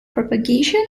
propagation